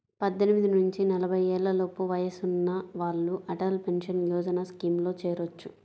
పద్దెనిమిది నుంచి నలభై ఏళ్లలోపు వయసున్న వాళ్ళు అటల్ పెన్షన్ యోజన స్కీమ్లో చేరొచ్చు